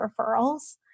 referrals